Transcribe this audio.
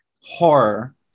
horror